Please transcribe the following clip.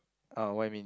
ah what you mean